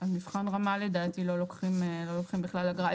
על מבחן רמה לדעתי לא לוקחים בכלל אגרה.